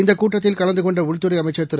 இந்தகூட்டத்தில் கலந்துகொண்டஉள்துறைஅமைச்சர் திரு